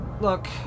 Look